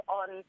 on